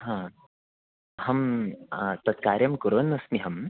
हा अहं तत् कार्यं कुर्वन्नस्मि अहम्